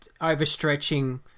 overstretching